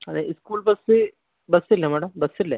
അത് school bus bus ഇല്ലേ madam bus ഇല്ലേ